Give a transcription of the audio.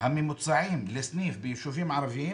הממוצע לסניף ביישובים ערביים,